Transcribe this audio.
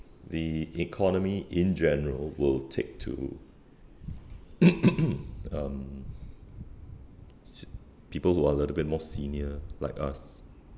the economy in general will take to um s~ people who are a little bit more senior like us